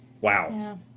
Wow